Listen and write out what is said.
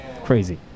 crazy